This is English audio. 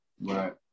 Right